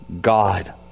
God